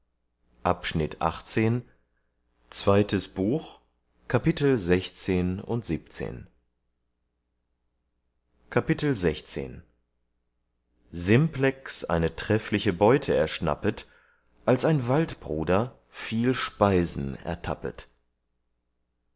simplex ein treffliche beute erschnappet als ein waldbruder viel